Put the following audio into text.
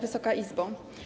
Wysoka Izbo!